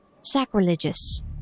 sacrilegious